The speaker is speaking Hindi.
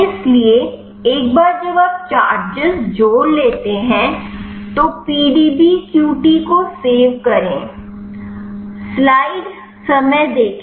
इसलिए एक बार जब आप चार्जेज जोड़ लेते हैं तो पीडीबीक्यूटी को सेव करें